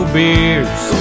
beers